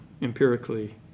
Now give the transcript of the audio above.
empirically